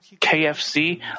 KFC